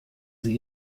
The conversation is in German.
sie